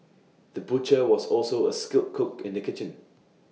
the butcher was also A skilled cook in the kitchen